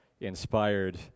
inspired